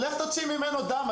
לך תוציא ממנו דם,